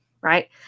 right